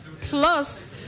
plus